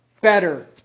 better